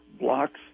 blocks